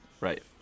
Right